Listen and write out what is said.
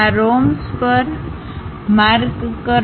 આ રોમ્બસ પર માર્ક કરવા